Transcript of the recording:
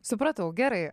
supratau gerai